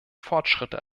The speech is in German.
fortschritte